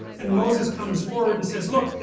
and moses comes forward and says look,